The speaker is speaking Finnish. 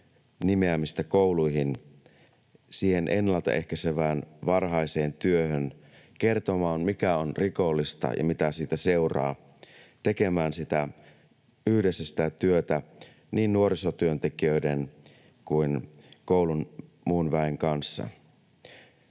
nimeämistä kouluihin siihen ennaltaehkäisevään varhaiseen työhön kertomaan, mikä on rikollista ja mitä siitä seuraa, tekemään yhdessä sitä työtä niin nuorisotyöntekijöiden kuin koulun muun väen kanssa.